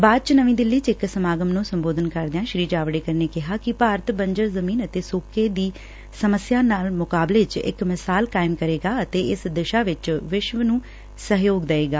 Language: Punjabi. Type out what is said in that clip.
ਬਾਅਦ ਚ ਨਵੀਂ ਦਿੱਲੀ ਚ ਇਕ ਸਮਾਗਮ ਨੂੰ ਸੰਬੋਧਨ ਕਰਦਿਆਂ ਸ੍ਰੀ ਜਾਵੜੇਕਰ ਨੇ ਕਿਹਾ ਕਿ ਭਾਰਤ ਬੰਜਰ ਜ਼ਮੀਨ ਅਤੇ ਸੋਕੇ ਦੀ ਸਮੱਸਿਆ ਨਾਲ ਮੁਕਾਬਲੇ ਚ ਇਕ ਮਿਸਾਲ ਕਾਇਮ ਕਰੇਗਾ ਅਤੇ ਇਸ ਦਿਸ਼ਾ ਚ ਵਿਸ਼ਵ ਨੂੰ ਸਹਿਯੋਗ ਦਏਗਾ